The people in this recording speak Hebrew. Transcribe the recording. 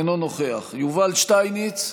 אינו נוכח יובל שטייניץ,